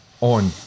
on